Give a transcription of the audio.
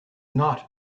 not